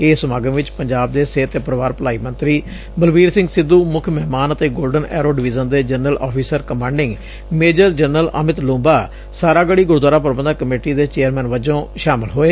ਇਸ ਸਮਾਗਮ ਵਿਚ ਪੰਜਾਬ ਦੇ ਸਿਹਤ ਤੇ ਪਰਿਵਾਰ ਭਲਾਈ ਮੰਤਰੀ ਬਲਬੀਰ ਸਿੰਘ ਸਿੱਧੂ ਮੁੱਖ ਮਹਿਮਾਨ ਅਤੇ ਗੋਲਡਨ ਐਰੋ ਡਿਵੀਜ਼ਨ ਦੇ general officer commanding major general Amit Lumba Saragarhi Gurdwara Prabandhak committee ਦੇ ਚੇਅਰਮੈਨ ਵਜੋਂ ਸ਼ਾਮਲ ਹੋਏ